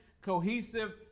cohesive